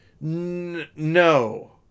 no